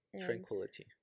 tranquility